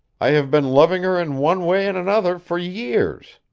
i have been loving her in one way and another for years.